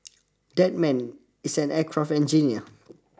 that man is an aircraft engineer